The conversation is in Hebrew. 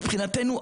מבחינתנו,